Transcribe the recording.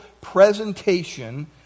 presentation